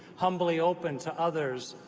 humbly open to others,